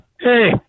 Hey